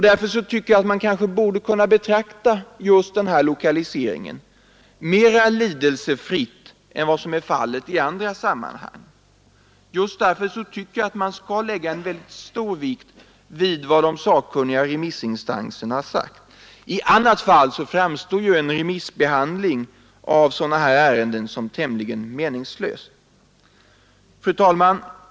Därför borde man kunna betrakta denna lokalisering mera lidelsefritt än vad som är fallet i andra sammanhang och även lägga rätt stor vikt vid vad de sakkunniga remissinstanserna har sagt. I annat fall framstår en remissbehandling av sådana här ärenden som tämligen meningslös. Fru talman!